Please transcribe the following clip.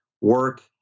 work